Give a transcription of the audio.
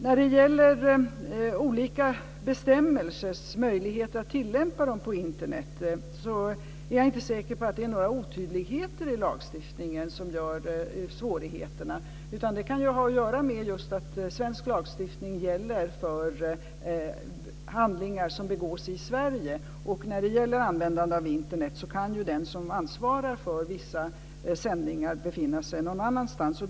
När det gäller möjligheten att tillämpa olika bestämmelser på Internet är jag inte säker på att det är några otydligheter i lagstiftningen som skapar svårigheterna. Det kan ha att göra med att svensk lagstiftning gäller för handlingar som begås i Sverige. Vid användande av Internet kan den som ansvarar för vissa sändningar befinna sig någon annanstans.